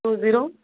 two zero